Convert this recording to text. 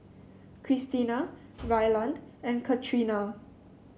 Kristina Ryland and Katrina